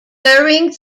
during